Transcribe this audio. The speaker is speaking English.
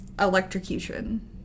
electrocution